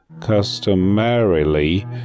customarily